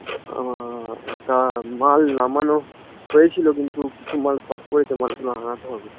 তা মাল নামানো হয়েছিলো কিন্তু কিছু মাল শর্ট পড়েছে মালগুলো আনাতে হবে